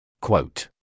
Quote